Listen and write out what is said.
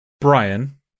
Brian